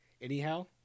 anyhow